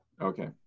Okay